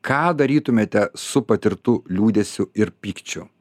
ką darytumėte su patirtu liūdesiu ir pykčiu